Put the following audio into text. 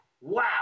wow